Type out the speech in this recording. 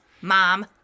mom